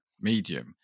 medium